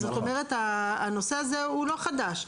זאת אומרת שהנושא הזה לא חדש.